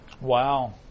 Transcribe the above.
wow